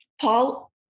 Paul